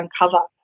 uncover